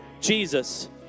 Jesus